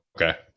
Okay